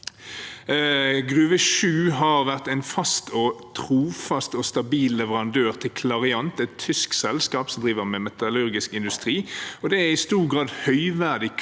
Gruve 7 har vært en fast, trofast og stabil leverandør til Clariant, et tysk selskap som driver med metallurgisk industri. Det er i stor grad høyverdig